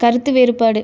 கருத்து வேறுபாடு